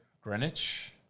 Greenwich